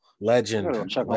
Legend